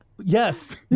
Yes